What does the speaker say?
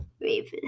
Raven